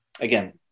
Again